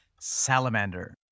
Salamander